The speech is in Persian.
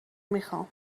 میخوام